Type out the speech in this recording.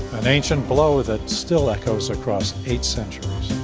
an ancient blow that still echoes across eight centuries. oh,